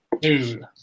Dude